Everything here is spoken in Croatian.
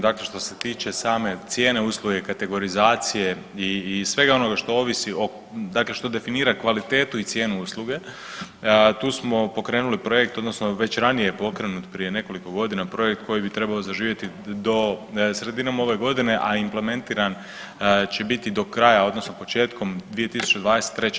Dakle što se tiče same cijene usluge, kategorizacije i svega onoga što ovisi o, dakle što definira kvalitetu i cijenu usluge, to smo pokrenuli projekt, odnosno već ranije je pokrenut, prije nekoliko godina, projekt koji bi trebao zaživjeti do, sredinom ove godine, a implementiran će biti do kraja, odnosno početkom 2023.